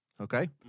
Okay